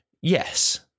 Yes